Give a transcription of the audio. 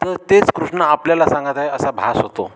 तर तेच कृष्ण आपल्याला सांगत आहे असा भास होतो